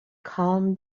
calm